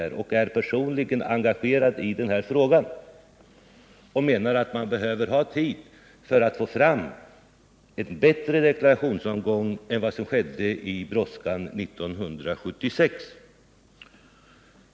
Han är personligen engagerad i den här frågan och menar att man behöver ha tid på sig för att få fram en bättre deklarationsomgång än den man fick i brådskan 1976.